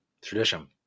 Tradition